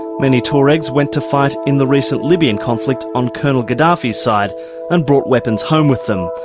many tuaregs went to fight in the recent libyan conflict on colonel gaddafi's side and brought weapons home with them.